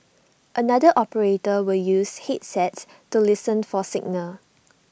another operator will use headsets to listen for signal